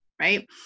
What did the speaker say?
right